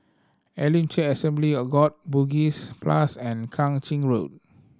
Elim Church Assembly of God Bugis Plus and Kang Ching Road